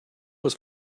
was